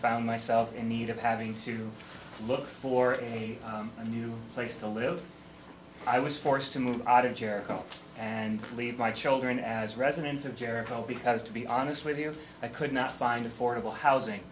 found myself in need of having to look for a new place to live i was forced to move out of jericho and leave my children as residents of jericho because to be honest with you i could not find affordable housing